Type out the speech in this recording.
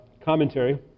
commentary